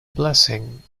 blessing